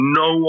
no